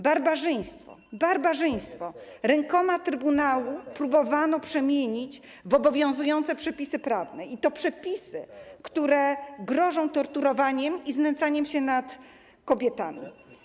Barbarzyństwo próbowano rękoma trybunału przemienić w obowiązujące przepisy prawne, i to przepisy, które grożą torturowaniem i znęcaniem się nad kobietami.